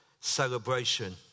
Celebration